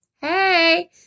Hey